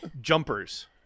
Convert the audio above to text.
Jumpers